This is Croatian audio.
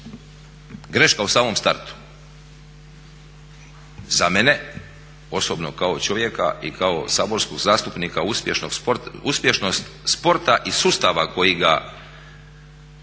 Greška u samom startu. Za mene osobno kao čovjeka i kao saborskog zastupnika, uspješnost sporta i sustava koji ga